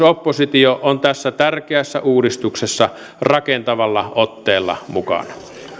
oppositio on tässä tärkeässä uudistuksessa rakentavalla otteella mukana